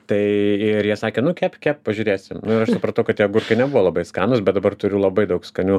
tai ir jie sakė nu kepk kepk pažiūrėsim nu ir aš supratau kad tie agurkai nebuvo labai skanūs bet dabar turiu labai daug skanių